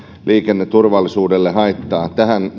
liikenneturvallisuudelle haittaa tähän